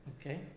Okay